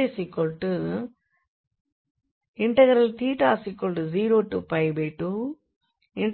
இருக்கிறது